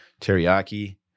teriyaki